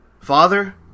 Father